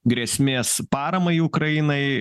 grėsmės paramai ukrainai